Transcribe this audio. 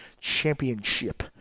Championship